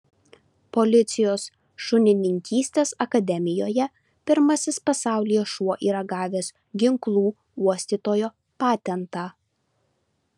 policijos šunininkystės akademijoje pirmasis pasaulyje šuo yra gavęs ginklų uostytojo patentą